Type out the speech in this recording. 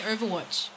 Overwatch